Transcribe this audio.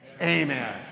Amen